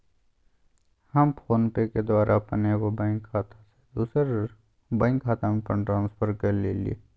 हम फोनपे के द्वारा अप्पन एगो बैंक खता से दोसर बैंक खता में फंड ट्रांसफर क लेइले